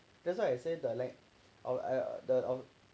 that's why I say that lah I I the